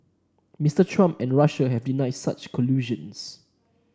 Mister Trump and Russia have denied such collusions